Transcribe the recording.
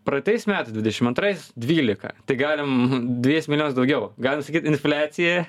praeitais metais dvidešim antrais dvylika tai galim dvejais milijonais daugiau galima sakyt infliacija